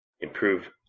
improve